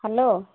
hello